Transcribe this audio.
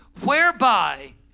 whereby